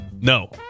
No